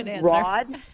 Rod